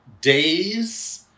days